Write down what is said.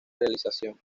realización